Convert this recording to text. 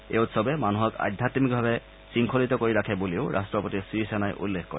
এই উৎসৱে মানুহক আধ্যামিকভাৱে শংখলিত কৰি ৰাখে বুলিও ৰাষ্ট্ৰপতি ছিৰিছেনাই উল্লেখ কৰে